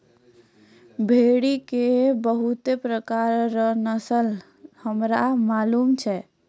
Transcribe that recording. भेड़ी के बहुते प्रकार रो नस्ल हमरा मालूम छै